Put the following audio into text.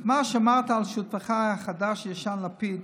את מה שאמרת על שותפך החדש-ישן לפיד